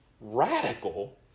radical